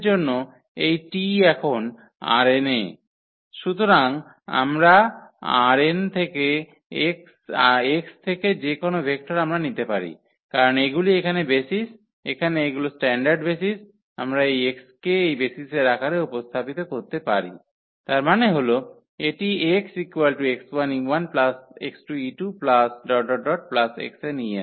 এবং কোন x এর জন্য এই T এখন ℝn এ সুতরাং আমরা ℝn থেকে x থেকে যে কোনও ভেক্টর আমরা নিতে পারি কারণ এগুলি এখানে বেসিস এখানে এগুলো স্ট্যান্ডার্ড বেসিস আমরা এই x কে এই বেসিসের আকারে উপস্থাপিত করতে পারি তার মানে হল এটি x x1 e1 x2 e2 ⋯ xn en